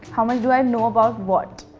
how much do i know about what?